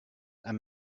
and